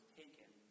taken